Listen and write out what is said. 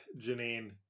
Janine